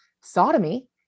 sodomy